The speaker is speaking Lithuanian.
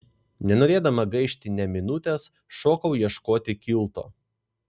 nenorėdama gaišti nė minutės šokau ieškoti kilto